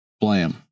Blam